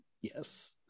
Yes